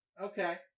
Okay